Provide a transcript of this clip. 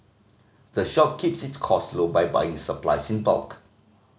the shop keeps its cost low by buying supplies in bulk